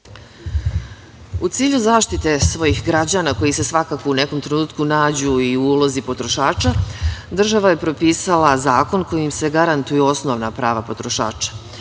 U cilju zaštite svojih građana koji se svakako u nekom trenutku nađu i u ulozi potrošača, država je propisala zakon kojim se garantuju osnovna prava potrošača.